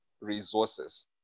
resources